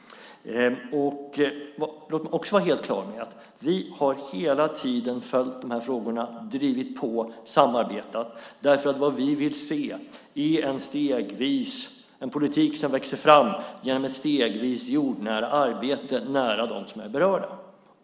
Låt mig vara helt klar med att vi hela tiden har följt frågorna, drivit på och samarbetat. Vad vi vill se är nämligen en politik som växer fram genom ett stegvis jordnära arbete nära dem som är berörda.